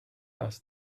asked